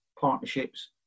partnerships